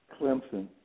Clemson